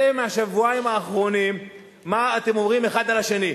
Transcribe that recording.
זה מהשבועיים האחרונים מה שאתם אומרים האחד על השני.